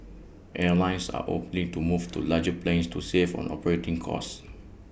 airlines are opting to move to larger planes to save on operating costs